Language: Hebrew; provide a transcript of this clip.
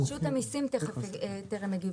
רשות המיסים טרם הגיבה.